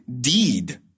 deed